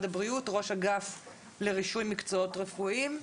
ממשרד הבריאות, ראש אגף לרישוי מקצועות רפואיים.